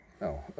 No